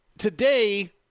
Today